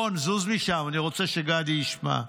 רון, זוז משם, אני רוצה שגדי ישמע.